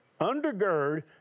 undergird